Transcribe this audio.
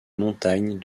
montagnes